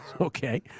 Okay